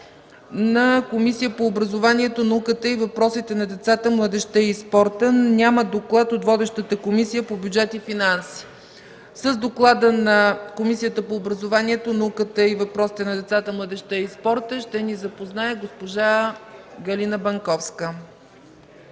от Комисията по образованието, науката и въпросите на децата, младежта и спорта, но няма доклад от водещата Комисия – по бюджет и финанси. С доклада на Комисията по образованието, науката и въпросите на децата, младежта и спорта, ще ни запознае госпожа Галина Банковска.